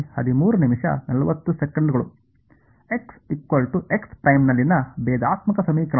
x x' ನಲ್ಲಿನ ಭೇದಾತ್ಮಕ ಸಮೀಕರಣ